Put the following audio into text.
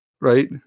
Right